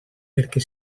perquè